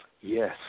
Yes